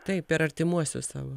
taip per artimuosius savo